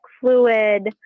fluid